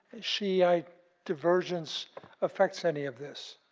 shiite divergence effects any of this.